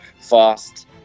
fast